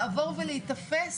לעבור ולהיתפס.